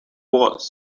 was